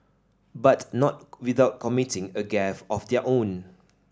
but not without committing a gaffe of their own